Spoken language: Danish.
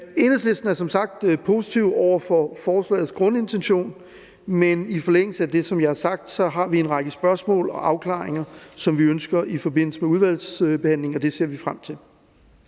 Enhedslisten er som sagt positiv over for forslagets grundintention, men i forlængelse af det, jeg har sagt, har vi en række spørgsmål og en række ting, der skal afklares, som vi ønsker taget op i forbindelse med udvalgsbehandlingen, og det ser vi frem til.